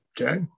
Okay